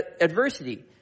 adversity